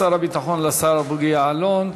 תודה לשר הביטחון, השר בוגי יעלון.